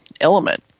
element